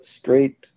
straight